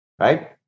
right